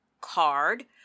card